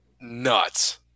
Nuts